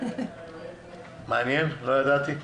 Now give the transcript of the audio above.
לא ידעתי.